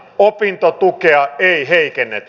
opintotukea ei heikennetä